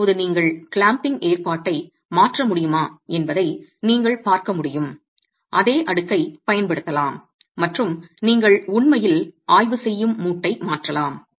இப்போது நீங்கள் கிளாம்பிங் ஏற்பாட்டை மாற்ற முடியுமா என்பதை நீங்கள் பார்க்க முடியும் அதே அடுக்கைப் பயன்படுத்தலாம் மற்றும் நீங்கள் உண்மையில் ஆய்வு செய்யும் மூட்டை மாற்றலாம்